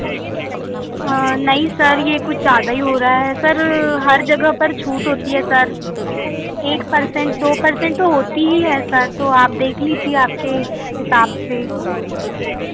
नहीं सर यह कुछ ज़्यादा हो रहा है सर हर जगह पर छूट होती है सर एक पर सेंट दो पर सेंट तो होती ही है सर आप देख लीजिए अपके हिसाब से